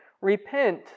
Repent